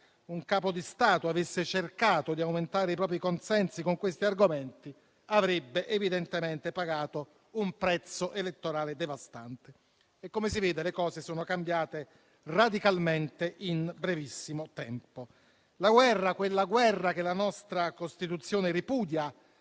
un Capo di Stato avesse cercato di aumentare i propri consensi con questi argomenti, avrebbe evidentemente pagato un prezzo elettorale devastante. Come si vede, le cose sono cambiate radicalmente in brevissimo tempo. La guerra, quella guerra che la nostra Costituzione ripudia